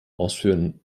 ausführen